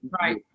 right